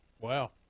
Wow